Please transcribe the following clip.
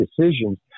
decisions